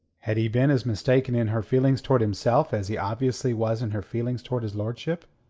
had he been as mistaken in her feelings towards himself as he obviously was in her feelings towards his lordship?